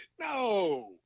No